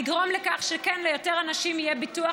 לגרום לכך שכן ליותר אנשים יהיה ביטוח,